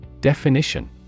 Definition